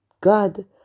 God